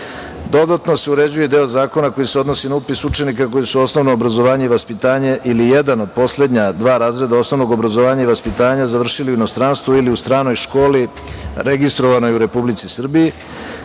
Dodatno se uređuje i deo zakona koji se odnosi na upis učenika koji su osnovno obrazovanje i vaspitanje ili jedan od poslednja dva razreda osnovnog obrazovanja i vaspitanja završili u inostranstvu ili u stranoj školi registrovanoj u Republici Srbiji,